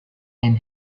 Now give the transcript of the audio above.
and